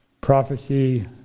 prophecy